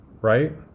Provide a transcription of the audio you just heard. right